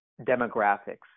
demographics